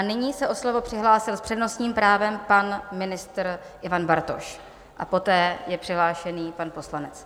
Nyní se o slovo přihlásil s přednostním právem pan ministr Ivan Bartoš a poté je přihlášen pan poslanec.